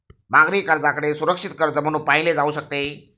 मागणी कर्जाकडे सुरक्षित कर्ज म्हणून पाहिले जाऊ शकते